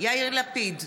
יאיר לפיד,